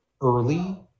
early